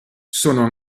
sono